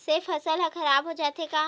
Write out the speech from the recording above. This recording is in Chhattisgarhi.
से फसल ह खराब हो जाथे का?